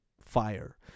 fire